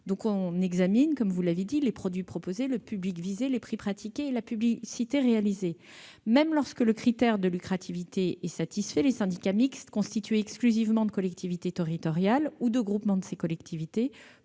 pour le vérifier, comme vous l'avez dit, les produits proposés, le public visé, les prix pratiqués ainsi que la publicité réalisée. Même lorsque le critère de lucrativité est satisfait, les syndicats mixtes constitués exclusivement de collectivités territoriales ou de groupements de ces collectivités